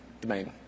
domain